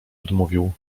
odmówił